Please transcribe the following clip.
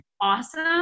awesome